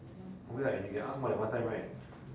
oh ya and you can ask more than one time right